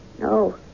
No